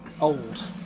old